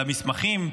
למסמכים,